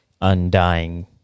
undying